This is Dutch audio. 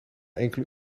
enkele